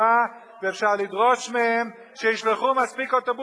ואפשר לדרוש מהן שישלחו מספיק אוטובוסים.